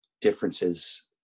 differences